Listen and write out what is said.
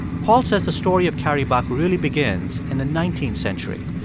paul says the story of carrie buck really begins in the nineteenth century.